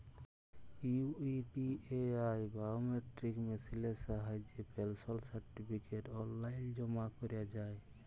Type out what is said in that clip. UIDAI biometric মেসিলের সাহায্যে পেলশল সার্টিফিকেট অললাইল জমা ক্যরা যায়